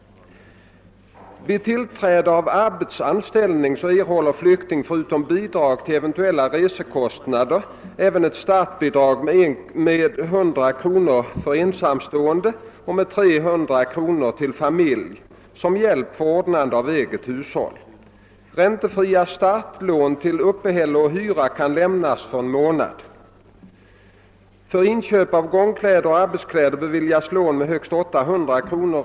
Vid tillträde av arbetsanställning erhåller flykting förutom bidrag till eventuella resekostnader även ett startbidrag med 100 kr. till ensamstående och med 300 kr. till familj som hjälp att ordna eget hushåll. Räntefria startlån till uppehälle och hyra kan lämnas för en månad. För inköp av gångkläder och arbetskläder beviljas lån med högst 800 kr.